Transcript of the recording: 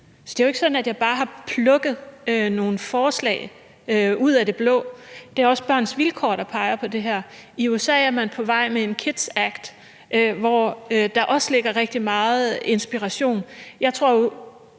Så det er jo ikke sådan, at fagforeningen bare har plukket nogle forslag ud af det blå. Det er også Børns Vilkår, der peger på det her. I USA er man på vej med en KIDS Act, hvor der også ligger rigtig meget inspiration. Der er jo